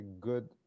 good